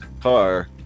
car